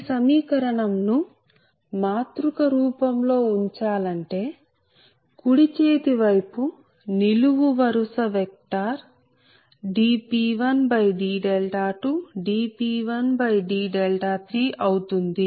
ఈ సమీకరణం ను మాతృక రూపం లో ఉంచాలంటే కుడి చేతి వైపు నిలువు వరుస వెక్టార్ dP1d2 dP1d3 అవుతుంది